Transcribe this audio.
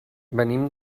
venim